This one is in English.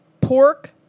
pork